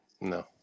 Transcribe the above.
No